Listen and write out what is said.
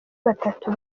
batatu